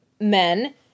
men